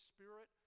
Spirit